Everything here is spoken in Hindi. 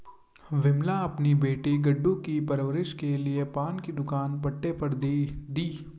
विमला अपनी बेटी गुड्डू की परवरिश के लिए पान की दुकान पट्टे पर दी